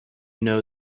know